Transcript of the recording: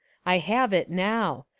i have it now.